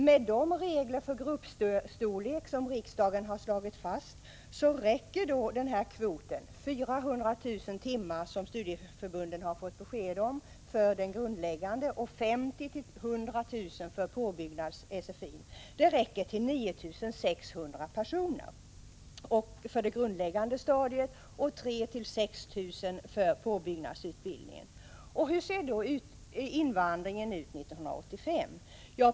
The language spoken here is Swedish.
Med de regler för gruppstorlek som riksdagen har slagit fast och som meddelats studieförbunden, kommer 400 000 timmar för grundläggande undervisning och 50 000-100 000 timmar för påbyggnads-sfi att räcka till Hur ser då invandringen ut 1985?